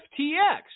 FTX